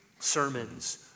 sermons